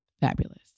fabulous